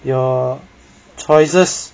your choices